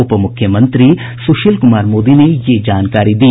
उप मुख्यमंत्री सुशील कुमार मोदी ने यह जानकारी दी